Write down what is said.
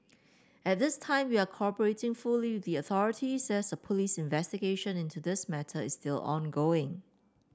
at this time we are cooperating fully with the authorities as a police investigation into this matter is still ongoing